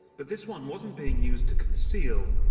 but this one wasn't being used to conceal,